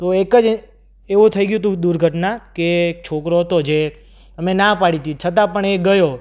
તો એક જ એવો થઈ ગયું હતું દુર્ઘટના કે એક છોકરો હતો જે અમે ના પાડી હતી છતાં પણ એ ગયો